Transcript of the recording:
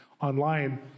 online